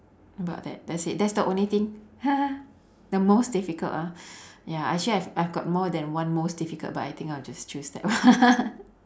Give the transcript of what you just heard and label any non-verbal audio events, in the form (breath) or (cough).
about that that's it that's the only thing (laughs) the most difficult ah (breath) ya actually I've I've got more than one most difficult but I think I'll just choose that one (laughs)